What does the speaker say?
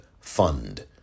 fund